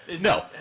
No